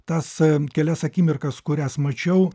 tas kelias akimirkas kurias mačiau